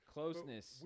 Closeness